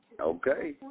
Okay